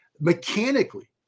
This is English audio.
mechanically